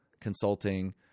consulting